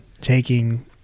taking